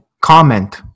Comment